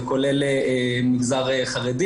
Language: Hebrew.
ומגזר חרדי,